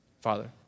Father